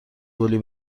گلی